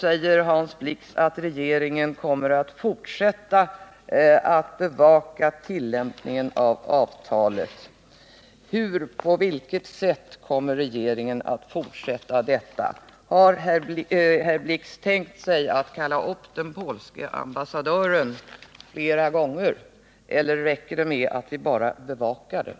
Hans Blix säger att regeringen kommer att fortsätta att bevaka tillämpningen av avtalet. Hur, på vilket sätt, kommer regeringen att fortsätta med det? Har herr Blix tänkt sig att kalla upp den polske 'ambassadören flera gånger, eller räcker det med att bara bevaka ärendet?